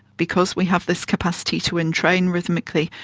because we have this capacity to entrain rhythmically,